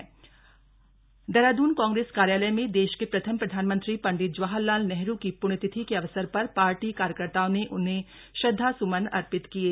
नेहरू पुण्यतिथि देहरादून कांग्रेस कार्यालय में देश के प्रथम प्रधानमंत्री पंडित जवाहरलाल नेहरू की प्ण्य तिथि के अवसर पर पार्टी कार्यकर्ताओं ने उन्हें श्रद्धास्मन अर्पित किये